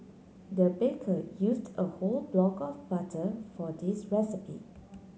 the baker used a whole block of butter for this recipe